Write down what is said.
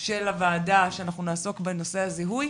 של הוועדה שאנחנו נעסוק בנושא הזיהוי,